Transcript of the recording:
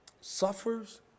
suffers